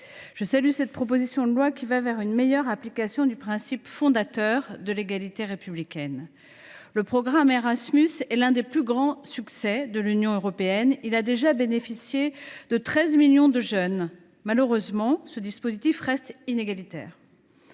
je salue cette proposition de loi, qui tend vers une meilleure application du principe fondateur de l’égalité républicaine. Le programme Erasmus est l’un des plus grands succès de l’Union européenne. Il a déjà bénéficié à plus de 13 millions de jeunes ; mais, malheureusement, il reste inégalitaire.